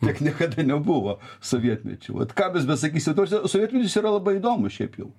tiek niekada nebuvo sovietmečiu vat mes besakysim ta prasme sovietmetis yra labai įdomus šiaip jau